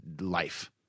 life